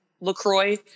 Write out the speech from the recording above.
Lacroix